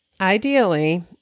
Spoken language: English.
ideally